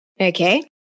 Okay